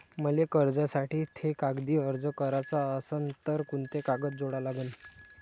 मले कर्जासाठी थे कागदी अर्ज कराचा असन तर कुंते कागद जोडा लागन?